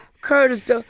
Curtis